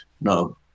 No